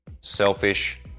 selfish